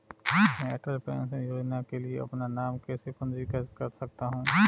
मैं अटल पेंशन योजना के लिए अपना नाम कैसे पंजीकृत कर सकता हूं?